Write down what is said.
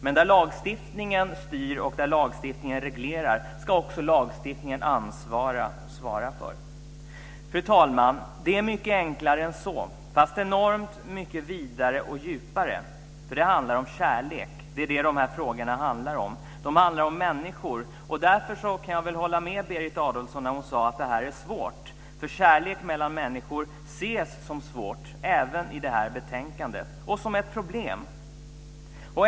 Men där lagstiftningen styr och reglerar ska också lagstiftningen ansvara. Fru talman! Det är mycket enklare än så, fast enormt mycket vidare och djupare. Det handlar om kärlek. Det är det de här frågorna handlar om. Det handlar om människor. Därför kan jag hålla med Berit Adolfsson när hon säger att det här är svårt. Kärlek mellan människor ses nämligen som svårt, även i detta betänkande, och som ett problem.